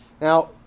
Now